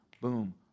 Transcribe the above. boom